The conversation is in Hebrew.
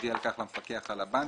יודיע על כך למפקח על הבנקים.